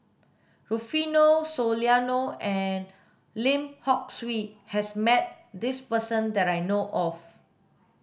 Rufino Soliano and Lim Hock Siew has met this person that I know of